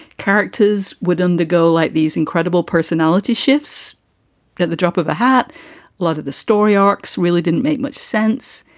characters would undergo like these incredible personality shifts at the drop of a hat. a lot of the story arcs really didn't make much sense.